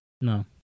No